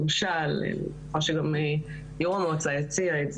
למשל מה שגם יו"ר המועצה הציע.